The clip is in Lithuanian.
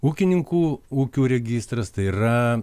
ūkininkų ūkių registras tai yra